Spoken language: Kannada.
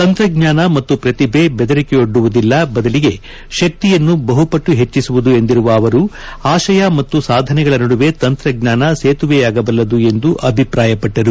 ಶಂತ್ರಜ್ಞಾನ ಮತ್ತು ಪ್ರತಿಭೆ ಬೆದರಿಕೆಯೊಡ್ಡುವುದಿಲ್ಲ ಬದಲಿಗೆ ಶಕ್ತಿಯನ್ನು ಬಹುಪಟ್ಟು ಹೆಚ್ಚಿಸುವುದು ಎಂದಿರುವ ಅವರು ಆಶಯ ಮತ್ತು ಸಾಧನೆಗಳ ನಡುವೆ ತಂತ್ರಜ್ಞಾನ ಸೇತುವೆಯಾಗಬಲ್ಲದು ಎಂದು ಅಭಿಪ್ರಾಯಪಟ್ಟರು